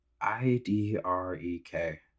I-D-R-E-K